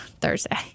Thursday